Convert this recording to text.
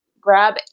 grab